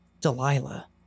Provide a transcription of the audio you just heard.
Delilah